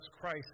Christ